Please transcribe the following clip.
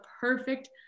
perfect